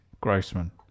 Grossman